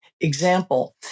Example